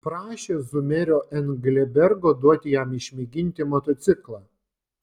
prašė zumerio englebergo duoti jam išmėginti motociklą